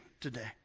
today